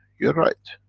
you're right.